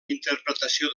interpretació